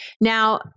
Now